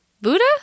Buddha